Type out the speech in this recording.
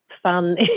Fun